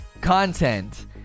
content